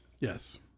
Yes